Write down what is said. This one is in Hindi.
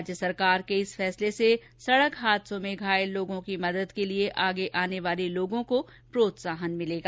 राज्य सरकार के इस फैसले से सड़क हादसों में घायल लोगों की मदद के लिए आगे आने वाले लोगों को प्रोत्साहन मिलेगा